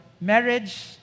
marriage